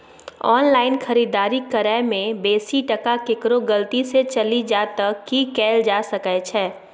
Online खरीददारी करै में बेसी टका केकरो गलती से चलि जा त की कैल जा सकै छै?